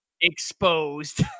Exposed